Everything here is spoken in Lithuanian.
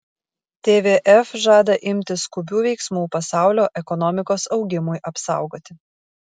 tvf žada imtis skubių veiksmų pasaulio ekonomikos augimui apsaugoti